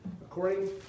According